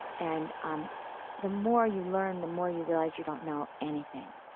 and um the more you learn, the more you realize you don't know anything.